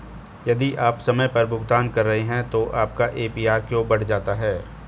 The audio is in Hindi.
यदि आप समय पर भुगतान कर रहे हैं तो आपका ए.पी.आर क्यों बढ़ जाता है?